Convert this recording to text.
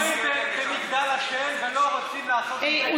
סגורים במגדל השן ולא רוצים לעשות עם זה כלום.